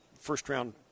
first-round